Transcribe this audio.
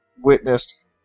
witnessed